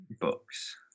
books